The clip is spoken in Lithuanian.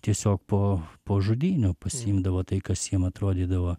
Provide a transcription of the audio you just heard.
tiesiog po po žudynių pasiimdavo tai kas jiem atrodydavo